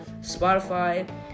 Spotify